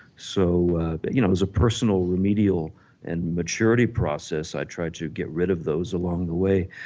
so but you know it was a personal remedial and maturity process, i tried to get rid of those along the way.